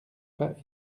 pas